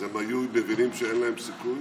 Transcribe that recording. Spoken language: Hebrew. אז הם היו מבינים שאין להם סיכוי,